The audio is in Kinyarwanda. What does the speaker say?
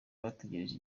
bategereje